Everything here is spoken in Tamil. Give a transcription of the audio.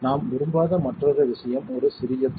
நாம் விரும்பாத மற்றொரு விஷயம் ஒரு சிறிய துளை